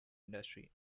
industry